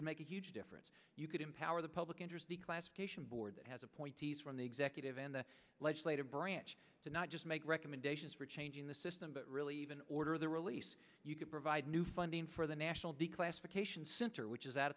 could make a huge difference you could empower the public interest the classification board that has appointees from the executive and the legislative branch to not just make recommendations for changing the system but really even order the release you could provide new funding for the national declassification center which is